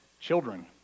Children